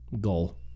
Goal